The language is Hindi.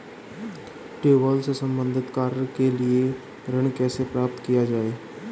ट्यूबेल से संबंधित कार्य के लिए ऋण कैसे प्राप्त किया जाए?